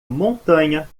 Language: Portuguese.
montanha